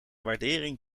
waardering